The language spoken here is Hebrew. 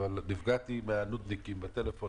אבל נפגעתי מהנודניקים בטלפון,